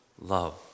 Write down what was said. love